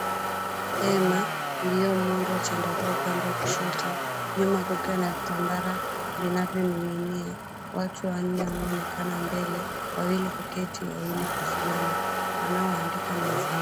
Hema lililo muundo wa chandarua upande wa kushoto. Nyuma kukiwa na kitambara vinavyoning'inia watu wanne wanaonekana mbele wawili kuketi wawili kusimama wanao andika mezani.